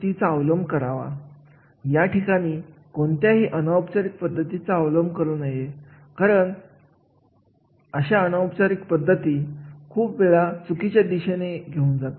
म्हणजेच जेव्हा एखाद्या विशिष्ट प्रशिक्षण कार्यक्रम आपण आयोजित करत असतो किंवा त्याची रचना करीत असतो